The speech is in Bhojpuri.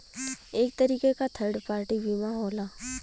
एक तरीके क थर्ड पार्टी बीमा होला